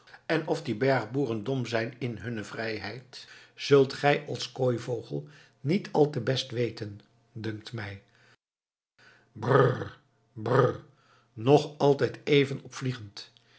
en of die bergboeren dom zijn in hunne vrijheid zult gij als kooivogel niet al te best weten dunkt mij brrr brrr nog altijd even opvliegend